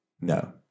No